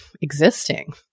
existing